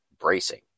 bracing